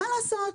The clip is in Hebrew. מה לעשות,